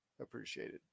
appreciated